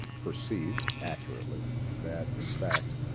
perceived accurately that in fact